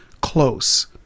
close